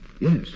Yes